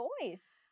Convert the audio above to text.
boys